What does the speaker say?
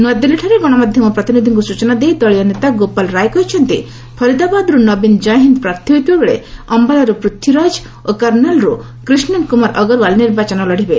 ନୂଆଦିଲ୍ଲୀଠାରେ ଗଣମାଧ୍ୟମ ପ୍ରତିନିଧିଙ୍କୁ ସ୍କଚନା ଦେଇ ଦଳୀୟ ନେତା ଗୋପାଲ ରାଇ କହିଛନ୍ତି' ଫରିଦାବାଦରୁ ନବୀନ କୟୀହିନ୍ଦ୍ ପ୍ରାର୍ଥୀ ହୋଇଥିବା ବେଳେ ଅମ୍ଭାଲାରୁ ପୂଥ୍ୱୀରାଜ ଏବଂ କାର୍ଷାଲାରୁ କ୍ରିଷ୍ଣନ କୁମାର ଅଗ୍ରୱାଲ ନିର୍ବାଚନ ଲଢିବେ